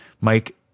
mike